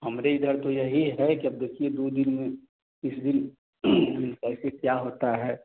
हमरे इधर तो यही है कि अब देखिए दू दिन में किस दिन कैसे क्या होता है